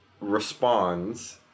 responds